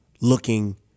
looking